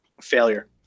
failure